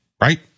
right